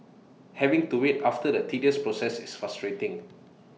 having to wait after the tedious process is frustrating